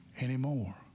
anymore